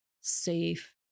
safe